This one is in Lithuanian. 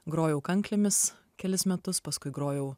grojau kanklėmis kelis metus paskui grojau